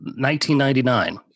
1999